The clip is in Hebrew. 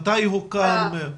מתי הוקם.